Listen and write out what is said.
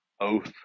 oath